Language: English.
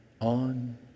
On